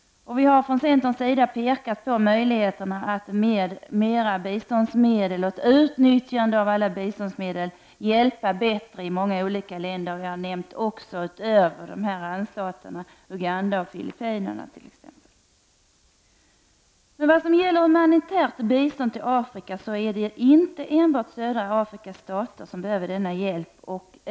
Från centerns sida har vi pekat på möjligheterna att med utnyttjande av alla biståndsmedel hjälpa bättre i många olika länder — utöver randstaterna gäller det bl.a. Uganda och Filippinerna. När det gäller humanitärt bistånd till Afrika är det inte bara södra Afrikas stater som behöver denna hjälp.